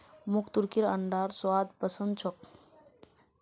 मोक तुर्कीर अंडार स्वाद पसंद छोक